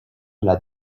l’a